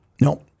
no